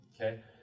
Okay